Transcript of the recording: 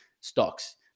stocks